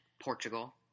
Portugal